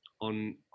on